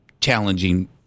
challenging